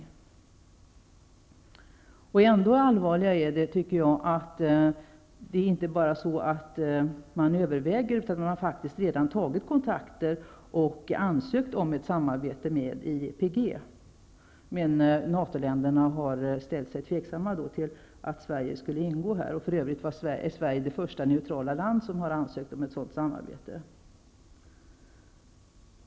Det är ändå allvarligare att man inte bara överväger, utan man har faktiskt redan tagit kontakter och ansökt om ett samarbete med IEPG. Men NATO-länderna har ställt sig tveksamma till att Sverige skulle ingå i gruppen. För övrigt är Sverige det första neutrala land som har ansökt om ett sådant samarbete.